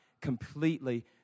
completely